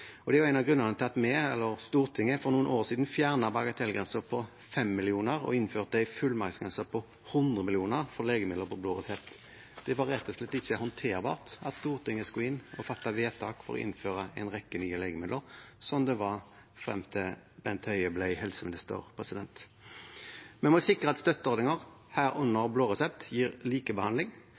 Det er en av grunnene til at vi, Stortinget, for noen år siden fjernet bagatellgrensen på 5 mill. kr og innførte en fullmaktsgrense på 100 mill. kr for legemidler på blå resept. Det var rett og slett ikke håndterbart at Stortinget skulle gå inn og fatte vedtak for å innføre en rekke nye legemidler, slik det var frem til Bent Høie ble helseminister. Vi må sikre at støtteordninger, herunder blå resept, gir likebehandling.